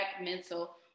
Mental